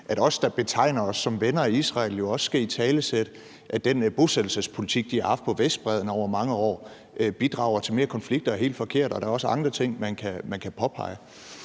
at vi, der betegner os som venner af Israel, jo også skal italesætte, at den bosættelsespolitik, de har haft på Vestbredden over mange år, bidrager til mere konflikt og er helt forkert, og der er også andre ting, man kan påpege.